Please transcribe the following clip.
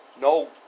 no